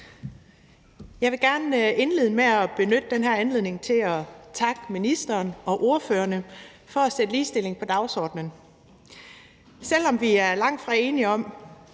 Jeg vil gerne indlede med at benytte den her anledning til at takke ministeren og ordførerne for at sætte ligestilling på dagsordenen. Selv om vi langtfra er enige om